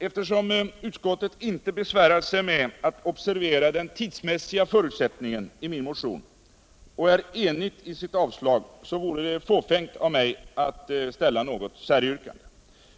Eftersom utskouet inte besviärat sig med att observera den tidsmässiga förutsättningen i min motion och är enigt i sitt avstyrkande, så vore det fåfängr av mig att ställa något särvrkande.